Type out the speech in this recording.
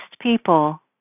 people